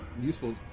Useful